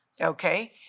okay